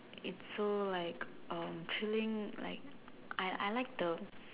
its so like um chilling like I I like the